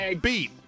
beat